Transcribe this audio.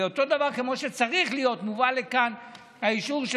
ואותו דבר, צריך להיות מובא לכאן האישור של